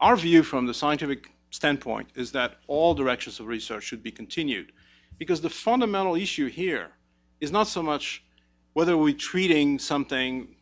our view from the scientific standpoint is that all directions of research should be continued because the fundamental issue here is not so much whether we treating something